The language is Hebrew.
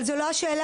אבל זו לא השאלה.